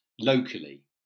locally